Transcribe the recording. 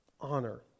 honor